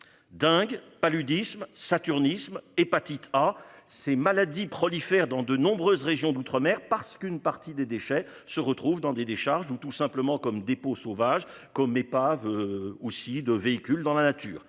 Dingue paludisme saturnisme hépatite A ces maladies prolifèrent dans de nombreuses régions d'outre- mer parce qu'une partie des déchets se retrouvent dans des décharges ou tout simplement comme dépôt sauvage comme épave. Aussi de véhicules dans la nature,